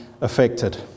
affected